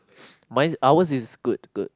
mine our is good good